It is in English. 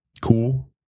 cool